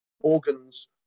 organs